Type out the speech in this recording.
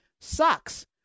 sucks